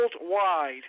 worldwide